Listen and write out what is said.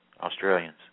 Australians